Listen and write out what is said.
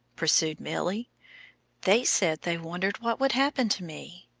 pursued milly they said they wondered what would happen to me.